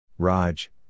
Raj